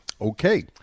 Okay